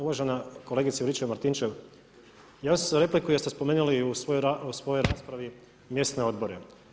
Uvažena kolegice Juričev Martinčev, javio sam se na repliku jer ste spomenuli u svojoj raspravi mjesne odbore.